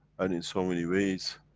and in so many ways,